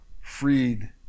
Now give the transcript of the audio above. freed